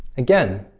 again,